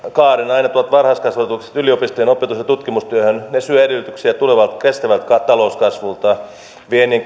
aina tuolta varhaiskasvatuksesta yliopistojen opetus ja tutkimustyöhön syövät edellytyksiä kestävältä talouskasvulta viennin